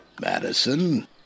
Madison